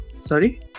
Sorry